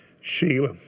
Sheila